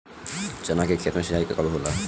चना के खेत मे सिंचाई कब होला?